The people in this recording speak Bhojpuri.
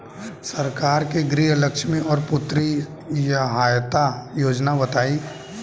सरकार के गृहलक्ष्मी और पुत्री यहायता योजना बताईं?